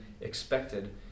expected